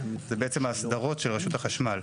זה בעצם האסדרות של רשות החשמל.